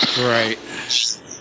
Right